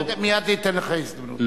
תיכף, מייד אתן לך הזדמנות.